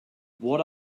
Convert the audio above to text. what